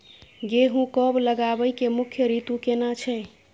गेहूं कब लगाबै के मुख्य रीतु केना छै?